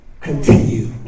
continue